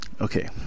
Okay